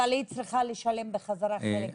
אבל היא צריכה לשלם בחזרה חלק מהכסף.